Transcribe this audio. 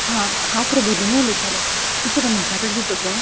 हा हांव प्रबोदिनी उलयतालें मात्सो रमेशा कडेन दिता फोन